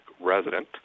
resident